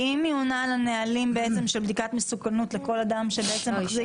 כי אם היא עונה על הנהלים של בדיקת מסוכנות לכל אדם שמחזיק